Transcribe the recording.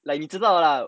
like 你知道 lah